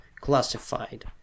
classified